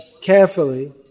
carefully